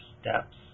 steps